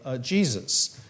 Jesus